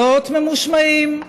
להיות ממושמעים.